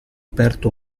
aperto